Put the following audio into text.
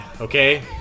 okay